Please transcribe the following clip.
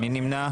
מי נמנע?